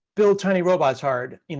build tiny robots hard. you